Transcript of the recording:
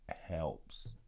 helps